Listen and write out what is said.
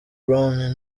brown